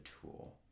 tool